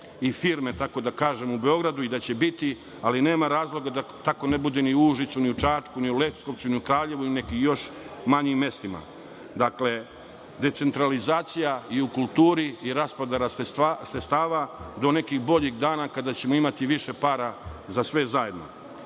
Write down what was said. i firme, tako da kažem, u Beogradu i da će biti, ali nema razloga da tako ne bude u Užicu, Čačku, Leskovcu, Kraljevu i nekim još manjim mestima. Dakle, decentralizacija i u kulturi i raspodela sredstava do nekih boljih dana kada ćemo imati više para za sve zajedno.